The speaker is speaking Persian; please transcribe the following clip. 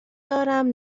دارم